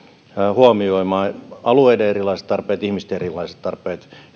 huomioimaan alueiden erilaiset tarpeet ihmisten erilaiset tarpeet